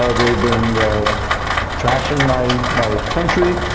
ah they've been trashing my my country.